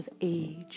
age